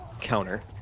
counter